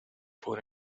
por